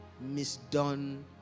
misdone